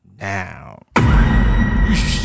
now